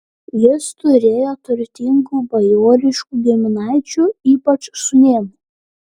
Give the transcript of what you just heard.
jis turėjo turtingų bajoriškų giminaičių ypač sūnėnų